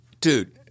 dude